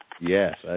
Yes